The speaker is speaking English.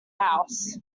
house